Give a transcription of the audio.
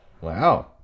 Wow